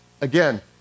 Again